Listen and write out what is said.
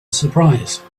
surprise